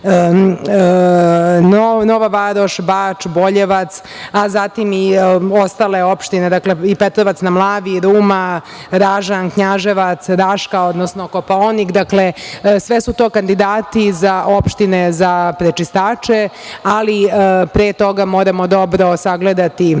Nova Varoš, Bač, Boljevac, a zatim i ostale opštine i Petrovac na Mlavi, Ruma, Ražanj, Knjaževac, Raška, odnosno Kopaonik. Sve su to kandidati za opštine, za prečistače, ali pre toga, moramo dobro sagledati